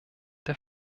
der